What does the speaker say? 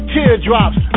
Teardrops